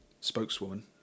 spokeswoman